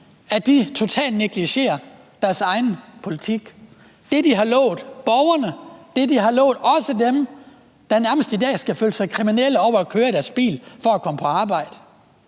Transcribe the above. totalt negligerer deres egen politik – altså det, de har lovet borgerne, og det, de også har lovet dem, der i dag nærmest skal føle sig som kriminelle, fordi de kører i deres bil for at komme på arbejde.